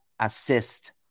assist